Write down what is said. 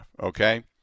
okay